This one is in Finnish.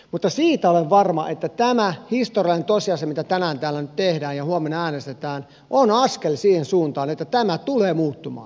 mutta siitä olen varma että tämä historiallinen tosiasia mitä tänään täällä tehdään ja mistä huomenna äänestetään on askel siihen suuntaan että tämä tulee muuttumaan